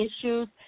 issues